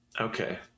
okay